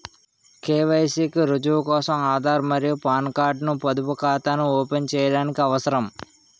KYC కి రుజువు కోసం ఆధార్ మరియు పాన్ కార్డ్ ను పొదుపు ఖాతాను ఓపెన్ చేయడానికి అవసరం